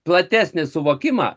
platesnį suvokimą